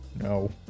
No